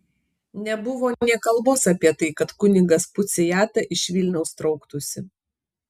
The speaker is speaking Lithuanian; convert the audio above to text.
nebuvo nė kalbos apie tai kad kunigas puciata iš vilniaus trauktųsi